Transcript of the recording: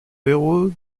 héros